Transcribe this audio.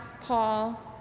Paul